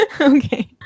Okay